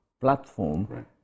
platform